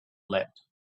leapt